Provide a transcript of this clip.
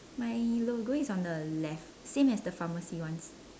my logo is on the left same as the pharmacy ones